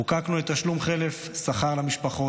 חוקקנו את תשלום חלף שכר למשפחות,